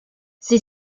sie